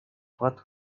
what